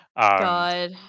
God